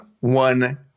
one